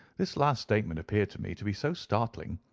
this last statement appeared to me to be so startling,